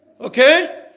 Okay